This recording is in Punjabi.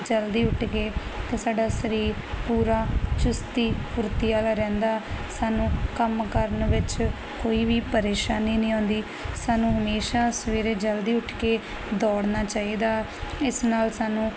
ਜਲਦੀ ਉੱਠ ਕੇ ਤੇ ਸਾਡਾ ਸਰੀਰ ਪੂਰਾ ਚੁਸਤੀ ਫੁਰਤੀ ਵਾਲਾ ਰਹਿੰਦਾ ਸਾਨੂੰ ਕੰਮ ਕਰਨ ਵਿੱਚ ਕੋਈ ਵੀ ਪਰੇਸ਼ਾਨੀ ਨਹੀਂ ਆਉਂਦੀ ਸਾਨੂੰ ਹਮੇਸ਼ਾ ਸਵੇਰੇ ਜਲਦੀ ਉੱਠ ਕੇ ਦੌੜਨਾ ਚਾਹੀਦਾ ਇਸ ਨਾਲ ਸਾਨੂੰ